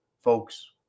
folks